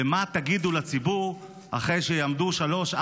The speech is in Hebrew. ומה תגידו לציבור אחרי שיעמוד שלוש,